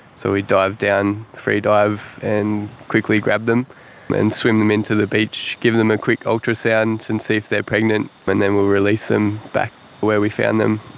so we dive down, free dive and quickly grab them and swim them in to the beach, give them a quick ultrasound and see if they are pregnant and then we release them back where we found them.